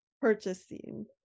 purchasing